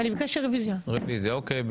אוקיי.